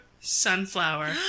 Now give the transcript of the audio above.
sunflower